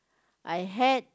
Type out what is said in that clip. I had